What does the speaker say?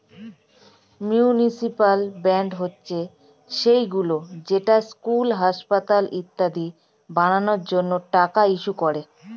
municipal bond হচ্ছে সেইগুলো যেটা স্কুল, হাসপাতাল ইত্যাদি বানানোর জন্য টাকা ইস্যু করে